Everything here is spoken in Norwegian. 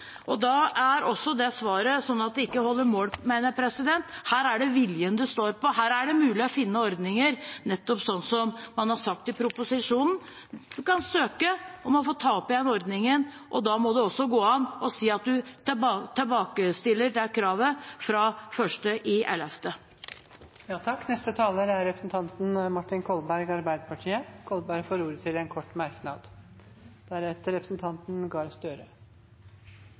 Da holder ikke det svaret mål, mener jeg. Her er det viljen det står på. Her er det mulig å finne ordninger, nettopp sånn som man har sagt i proposisjonen. En kan søke om å få ta opp igjen ordningen, og da må det også gå an å si at en tilbakestiller det kravet fra 1. november. Representanten Martin Kolberg har hatt ordet to ganger tidligere og får ordet til en kort merknad